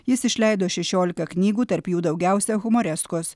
jis išleido šešiolika knygų tarp jų daugiausia humoreskos